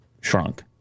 shrunk